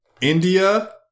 India